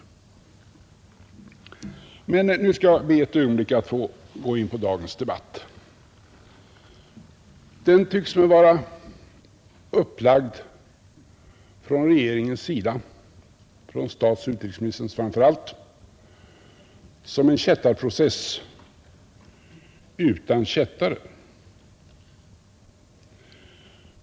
Jag skall be att ett ögonblick få gå in på dagens debatt. Den tycks mig från regeringens sida — framför allt från statsministerns och utrikesministerns — vara upplagd som en kättareprocess utan kättare.